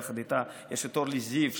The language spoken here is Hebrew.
יחד איתה יש את אורלי זיו,